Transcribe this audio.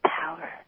power